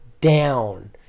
down